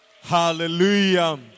Hallelujah